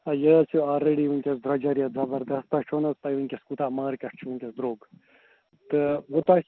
ہے یہِ حظ چھِ آلریڈی ؤنۍ کیٚس درۄجَر یَتھ زبردس تۄہہِ چھو نا حظ پَے ؤنۍ کیٚس کوٗتاہ مارکیٹ چھِ وٕنۍ کیٚس دروٚگ تہٕ وۄنۍ تۄہہِ